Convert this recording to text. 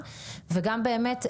וגם באמת,